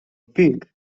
pig